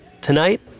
Tonight